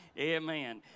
Amen